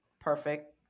perfect